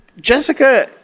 Jessica